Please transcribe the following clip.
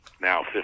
now